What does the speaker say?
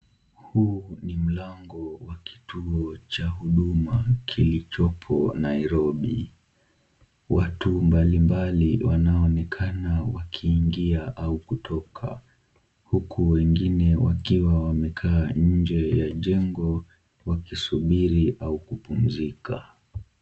Huu ni mlango wa kituo cha Huduma kilichopo Nairobi. Watu mbalimbali wanaonekana wakiingia au kutoka, huku wengine wakiwa wamekaa nje ya jengo wakisubiri au kupumzika.